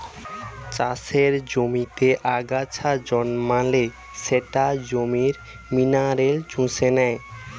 চাষের জমিতে আগাছা জন্মালে সেটা জমির মিনারেল চুষে নেয়